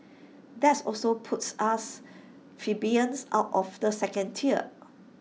that also puts us plebeians out of the second tier